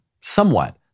somewhat